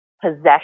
possession